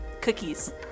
Cookies